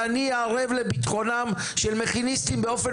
ואני ערב לביטחונם של מכיניסטים באופן